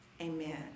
amen